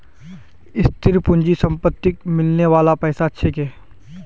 स्थिर पूंजी संपत्तिक मिलने बाला पैसा छिके